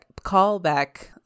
callback